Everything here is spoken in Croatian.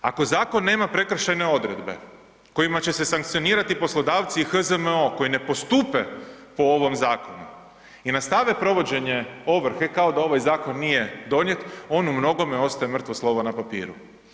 Ako zakon nema prekršajne odredbe kojima će se sankcionirati poslodavci i HZMO koji ne postupe po ovom zakonu i nastave provođenje ovrhe kao da ovaj zakon nije donijet, on u mnogome ostaje mrtvo slovo na papiru.